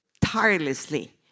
tirelessly